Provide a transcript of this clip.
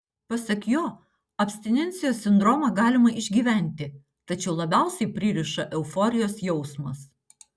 pasak jo abstinencijos sindromą galima išgyventi tačiau labiausiai pririša euforijos jausmas